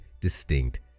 distinct